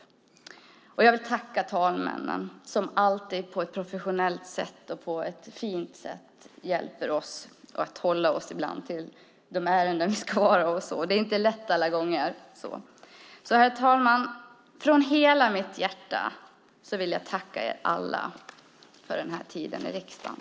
Slutligen vill jag tacka talmännen som på ett professionellt och fint sätt hjälper oss att hålla oss till de ärenden vi ska hålla oss till. Det är inte lätt alla gånger. Herr talman! Av hela mitt hjärta vill jag tacka er alla för den här tiden i riksdagen.